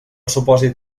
supòsit